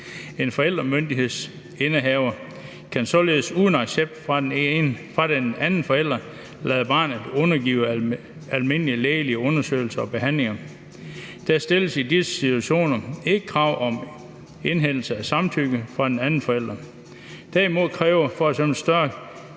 En forældremyndighedsindehaver kan således uden accept fra den anden forælder lade barnet undergive almindelig lægelige undersøgelser og behandlinger. Der stilles i disse situationer ikke krav om indhentelse af samtykke fra den anden forælder. Derimod kræver f.eks. større